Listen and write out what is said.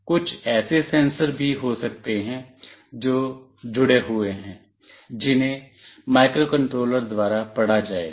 कुछ ऐसे सेंसर भी हो सकते हैं जो जुड़े हुए हैं जिन्हें माइक्रोकंट्रोलर द्वारा पढ़ा जाएगा